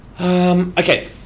Okay